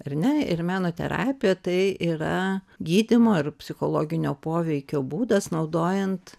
ar ne ir meno terapija tai yra gydymo ir psichologinio poveikio būdas naudojant